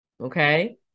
okay